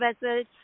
vessels